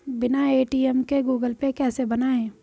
बिना ए.टी.एम के Google Pay कैसे बनायें?